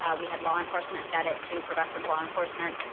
ah we had law enforcement vetted to progressive law enforcement.